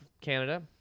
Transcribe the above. Canada